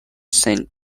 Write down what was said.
saint